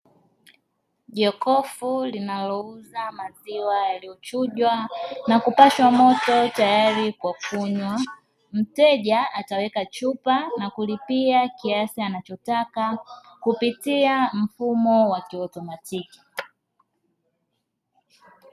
Jokofu linalouza maziwa yaliyochunjwa na kupashwa moyo tayari kwa kunywa, mteja ataweka chupa na kulipia kiasi anachotaka kupitia mfumo wa kiautomatiki.